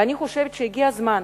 ואני חושבת שהגיע הזמן